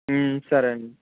సరే అండి